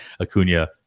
Acuna